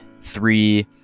three